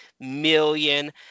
million